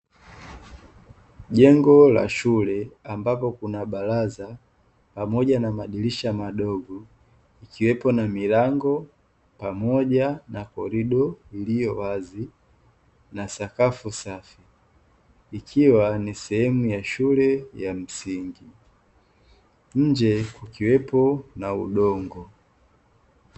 Jengo la shule ambapo kuna baraza pamoja na madirisha madogo ikiwepo na milango pamoja na korido iliyo wazi, na sakafu safi ikiwa ni sehemu ya shule ya msingi, nje kukiwepo na udongo.